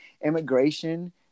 immigration